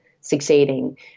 succeeding